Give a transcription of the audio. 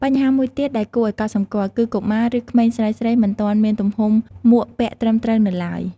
បញ្ហាមួយទៀតដែលគួរឱ្យកត់សម្គាល់ គឺកុមារ ឬក្មេងស្រីៗមិនទាន់មានទំហំមួកពាក់ត្រឹមត្រូវនៅទ្បើយ។